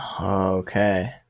Okay